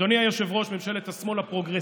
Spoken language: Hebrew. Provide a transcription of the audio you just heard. אדוני היושב-ראש, ממשלת השמאל הפרוגרסיבית